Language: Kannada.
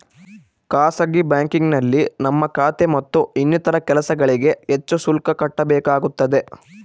ಖಾಸಗಿ ಬ್ಯಾಂಕಿಂಗ್ನಲ್ಲಿ ನಮ್ಮ ಖಾತೆ ಮತ್ತು ಇನ್ನಿತರ ಕೆಲಸಗಳಿಗೆ ಹೆಚ್ಚು ಶುಲ್ಕ ಕಟ್ಟಬೇಕಾಗುತ್ತದೆ